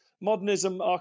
modernism